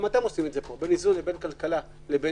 אתם עושים את זה פה - בין כלכלה לבריאות